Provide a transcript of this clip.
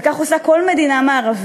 וכך עושה כל מדינה מערבית.